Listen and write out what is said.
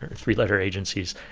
three-letter agencies.